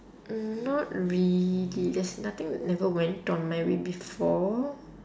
mm not really there's nothing never went on my way before